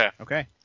Okay